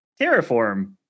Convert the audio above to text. Terraform